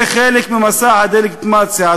זה חלק ממסע הדה-לגיטימציה,